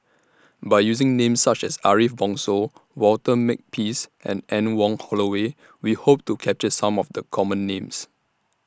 By using Names such as Ariff Bongso Walter Makepeace and Anne Wong Holloway We Hope to capture Some of The Common Names